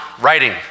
writing